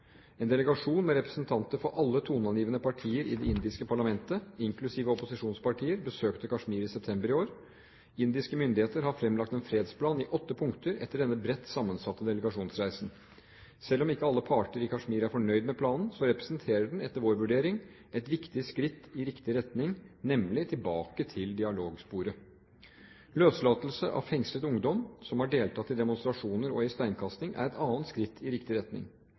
En delegasjon med representanter for alle toneangivende partier i det indiske parlamentet – inklusiv opposisjonspartier – besøkte Kashmir i september i år. Indiske myndigheter har fremlagt en fredsplan i åtte punkter etter denne bredt sammensatte delegasjonsreisen. Selv om ikke alle parter i Kashmir er fornøyd med planen, representerer den, etter vår vurdering, et viktig skritt i riktig retning, nemlig tilbake til dialogsporet. Løslatelse av fengslet ungdom som har deltatt i demonstrasjoner og i steinkasting, er et annet skritt i riktig retning.